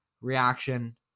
reaction